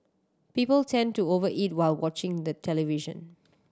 people tend to over eat while watching the television